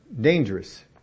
dangerous